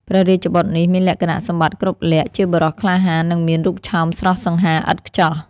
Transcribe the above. ព្រះរាជបុត្រនេះមានលក្ខណៈសម្បត្តិគ្រប់លក្ខណ៍ ជាបុរសក្លាហាន និងមានរូបឆោមស្រស់សង្ហាឥតខ្ចោះ។